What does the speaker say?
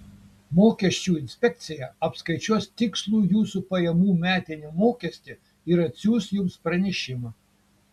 mokesčių inspekcija apskaičiuos tikslų jūsų pajamų metinį mokestį ir atsiųs jums pranešimą